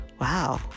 wow